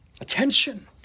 Attention